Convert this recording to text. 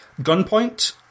Gunpoint